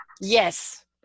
Yes